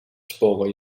sporen